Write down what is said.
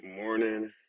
morning